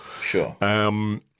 Sure